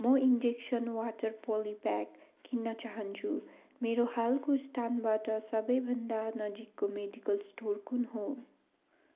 म injection water polypack किन्न चाहन्छु मेरो हालको स्थानबाट सबैभन्दा नजिकको मेडिकल स्टोर कुन हो